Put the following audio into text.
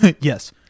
Yes